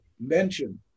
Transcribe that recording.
mention